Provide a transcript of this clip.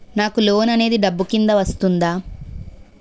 నాకు లోన్ అనేది డబ్బు కిందా వస్తుందా?